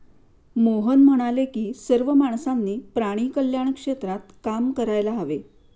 मोहन म्हणाले की सर्व माणसांनी प्राणी कल्याण क्षेत्रात काम करायला हवे